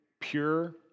pure